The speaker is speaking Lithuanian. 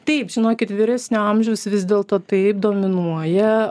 taip žinokit vyresnio amžiaus vis dėlto taip dominuoja